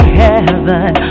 heaven